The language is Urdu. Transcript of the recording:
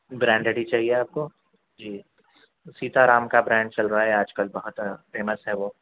برانڈری چاہیے آپ کو جی سیتا رام کا برانڈ چل رہا ہے آج کل بہت فیمس ہے وہ